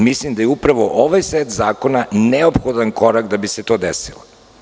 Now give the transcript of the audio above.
Mislim da je upravo ovaj set zakona neophodan korak da bi se to desilo.